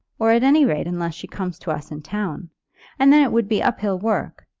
or at any rate unless she comes to us in town and then it would be up-hill work.